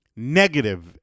Negative